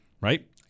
Right